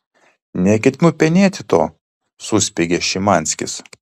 neketinu penėti to suspiegė šimanskis